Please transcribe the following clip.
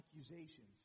accusations